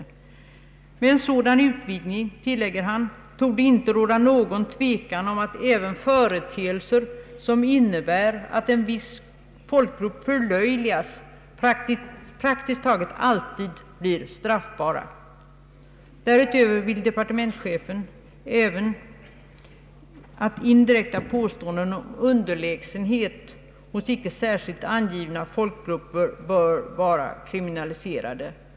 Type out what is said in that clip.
Med en sådan utvidgning, tillägger han, torde det inte vara någon tvekan om att även företeelser som innebär att en viss folkgrupp förlöjligas praktiskt taget alltid blir straffbara. Därutöver vill departementschefen även att indirekta påståenden om underlägsenhet hos icke särskilt angivna folkgrupper bör vara kriminaliserade.